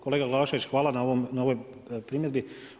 Kolega Glavašević hvala na ovoj primjedbi.